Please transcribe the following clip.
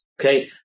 Okay